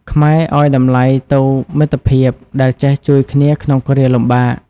ខ្មែរឱ្យតម្លៃទៅមិត្តភាពដែលចេះជួយគ្នាក្នុងគ្រាលំបាក។